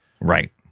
Right